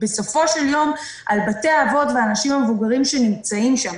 בסופו של יום על בתי האבות ועל האנשים המבוגרים שנמצאים שם.